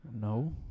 No